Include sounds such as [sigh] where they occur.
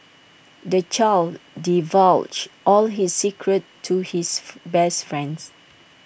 the child divulged all his secrets to his [noise] best friend